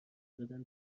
دادن